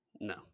No